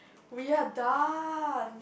we are done